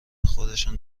خودشان